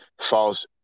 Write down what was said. false